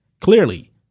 clearly